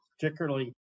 particularly